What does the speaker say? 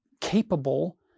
capable